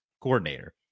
coordinator